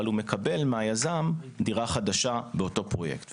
אבל הוא מקבל מהיזם דירה חדשה באותו פרויקט.